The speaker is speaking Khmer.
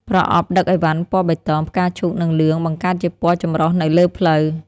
ប្រអប់ដឹកឥវ៉ាន់ពណ៌បៃតង ផ្កាឈូក និងលឿង បង្កើតជាពណ៌ចម្រុះនៅលើផ្លូវ។